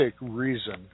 reason